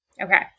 Okay